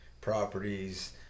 properties